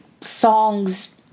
songs